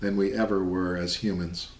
than we ever were as humans